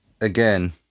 Again